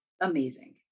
amazing